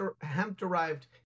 hemp-derived